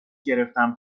گرفتم